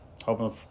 Hoping